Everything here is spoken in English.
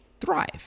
thrive